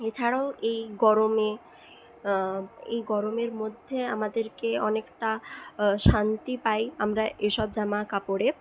এছাড়াও এই গরমে এই গরমের মধ্যে আমাদেরকে অনেকটা শান্তি পাই আমরা এসব জামাকাপড়ে